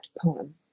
poem